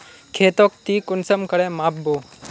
खेतोक ती कुंसम करे माप बो?